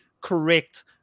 Correct